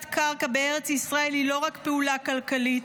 קרקע בארץ ישראל היא לא רק פעולה כלכלית,